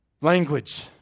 language